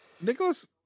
Nicholas